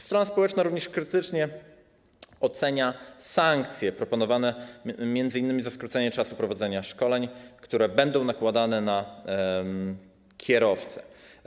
Strona społeczna krytycznie ocenia również sankcje proponowane m.in. za skrócenie czasu prowadzenia szkoleń, które będą nakładane na kierowcę.